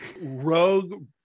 Rogue